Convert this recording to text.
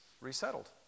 resettled